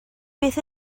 beth